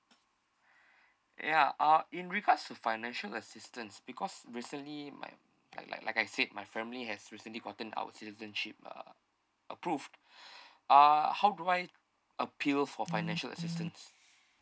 ya uh in regards to financial assistance because recently my like like like I said my family has recently gotten our citizenship uh approved uh how do I appeal for financial assistance